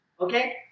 Okay